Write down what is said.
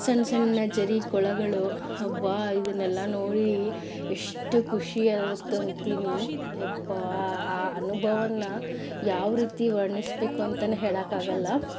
ಸಣ್ಣ ಸಣ್ಣ ಝರಿ ಕೊಳಗಳು ಅಬ್ಬಾ ಇದನ್ನೆಲ್ಲ ನೋಡಿ ಎಷ್ಟು ಖುಷಿ ಆಗುತ್ತಂತೀನಿ ಅಪ್ಪಾ ಅ ಅನುಭವನ್ನು ಯಾವ ರೀತಿ ವರ್ಣಿಸಬೇಕು ಅಂತಾನೇ ಹೇಳೋಕ್ಕಾಗಲ್ಲ